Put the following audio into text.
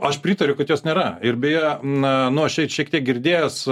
aš pritariu kad jos nėra ir beje na nu aš šiek tiek girdėjęs